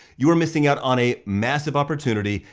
you are missing out on a massive opportunity,